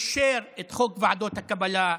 אישר את חוק ועדות הקבלה,